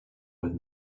with